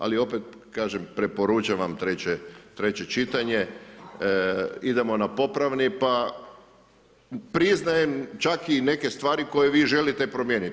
Ali opet kažem preporučam vam treće čitanje, idemo na popravni, pa priznajem čak i neke stvari koje vi želite promijenit.